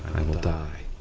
i will die.